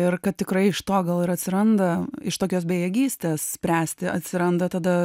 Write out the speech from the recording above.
ir kad tikrai iš to gal ir atsiranda iš tokios bejėgystės spręsti atsiranda tada